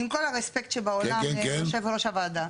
על כל הכבוד שבעולם ליושב ראש הוועדה.